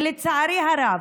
לצערי הרב,